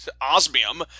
osmium